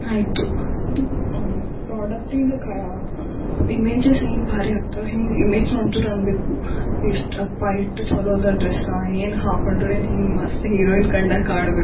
ಆಯಿತು ಇದು ಪ್ರಾಡಕ್ಟ್ ಇಂದ ಕಾ ಇಮೇಜಸ್ ಏನು ಭಾರಿ ಆಗ್ತವು ಹಿಂಗೇ ಇಮೇಜ್ ನೋಡಿದವರು ಅನ್ಬೇಕು ಎಷ್ಟಪ್ಪಾ ಎಷ್ಟು ಚಲೋ ಅದ ಡ್ರೆಸ್ಸಾ ಏನು ಹಾಕೊಂಡ್ರೇನು ಹಿಂಗೆ ಮಸ್ತ್ ಹೀರೋಯಿನ್ ಕಂಡಂಗೆ ಕಾಣಬೇಕು